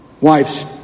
Wives